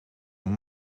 een